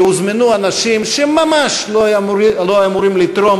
שהוזמנו אנשים שממש לא היו אמורים לתרום